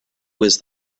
was